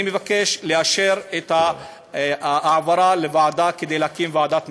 אני מבקש לאשר את ההעברה לוועדה כדי להקים ועדת משנה.